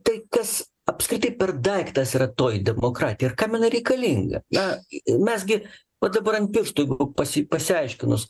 tai kas apskritai per daiktas yra toji demokratija ir kam jinai reikalinga na mes gi va dabar ant pirštų jeigu pasi pasiaiškinus